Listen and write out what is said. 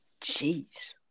Jeez